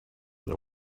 that